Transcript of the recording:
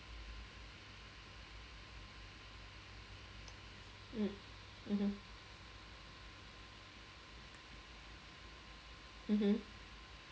mm mmhmm mmhmm